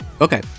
Okay